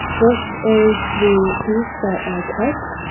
this is the piece that i cut,